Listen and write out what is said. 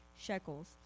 shekels